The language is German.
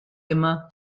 immer